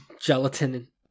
gelatin